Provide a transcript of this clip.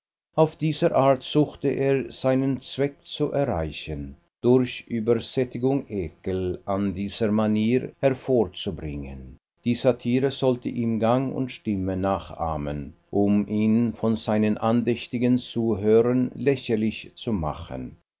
auf diese art suchte er seinen zweck zu erreichen durch übersättigung ekel an dieser manier hervorzubringen die satire sollte ihm gang und stimme nachahmen um ihn vor seinen andächtigen zuhörern lächerlich zu machen